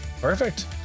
Perfect